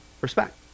respect